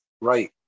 Right